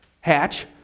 Hatch